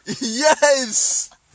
Yes